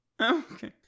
Okay